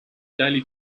daily